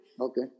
Okay